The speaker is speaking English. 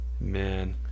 Man